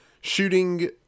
shooting